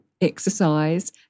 exercise